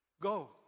Go